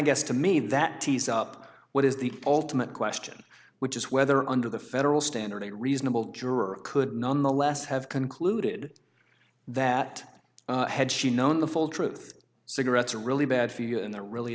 guess to me that tees up what is the ultimate question which is whether under the federal standard a reasonable juror could nonetheless have concluded that had she known the full truth cigarettes are really bad for you and they're really